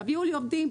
תביאו לי עובדים,